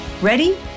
Ready